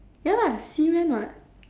ya lah semen [what]